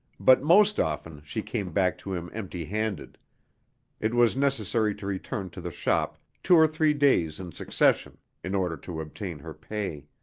but most often she came back to him empty handed it was necessary to return to the shop two or three days in succession in order to obtain her pay.